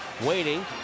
Waiting